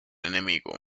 enemigo